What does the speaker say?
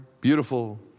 beautiful